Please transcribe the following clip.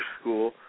school